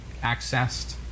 accessed